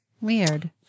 Weird